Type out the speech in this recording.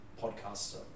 podcaster